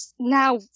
now